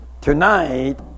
Tonight